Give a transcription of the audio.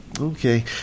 Okay